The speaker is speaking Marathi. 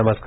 नमस्कार